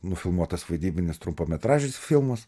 nufilmuotas vaidybinis trumpametražis filmas